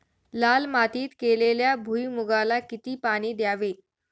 लाल मातीत केलेल्या भुईमूगाला किती पाणी द्यावे?